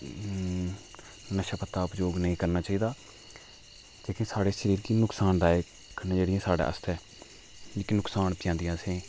नशा पत्ता उपयोग नेईं करना चाहिदा जेह्का साढ़ी सेह्द गी नुकसानदायक न जेह्ड़ियां साढ़े आस्तै जेह्की नुकसान पजांदियां असें ई